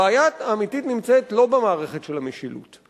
הבעיה האמיתית נמצאת לא במערכת של המשילות.